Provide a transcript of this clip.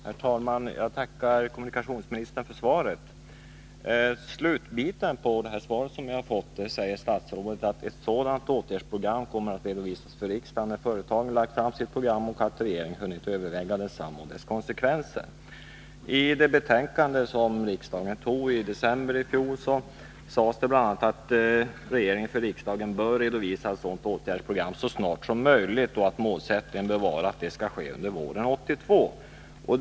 Herr talman! Jag tackar kommunikationsministern för svaret. I slutet av svaret säger statsrådet: ”Ett sådant åtgärdsprogram kommer att redovisas för riksdagen när företagen lagt fram sitt program och regeringen hunnit överväga detsamma och dess konsekvenser.” I det betänkande som riksdagen behandlade i december i fjol sades det bl.a. att regeringen för riksdagen bör redovisa ett sådant åtgärdsprogram så snart som möjligt, och att målsättningen bör vara att det skall ske under våren 1982.